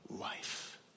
life